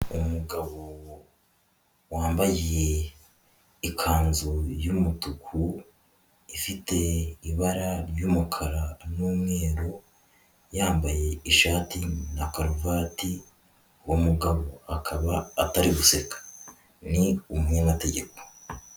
Umugabo wambaye ikanzu y'umutuku ifite ibara ry'umukara n'umweru, yambaye ishati na karuvati, uwo mugabo akaba atari guseka, ni umunyamategeko.